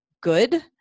good